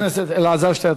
חבר הכנסת אלעזר שטרן,